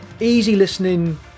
easy-listening